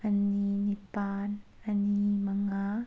ꯑꯅꯤ ꯅꯤꯄꯥꯜ ꯑꯅꯤ ꯃꯉꯥ